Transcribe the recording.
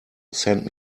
sent